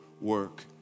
work